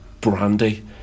brandy